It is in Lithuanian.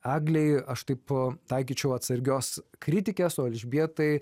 eglei aš taip taikyčiau atsargios kritikės o elžbietai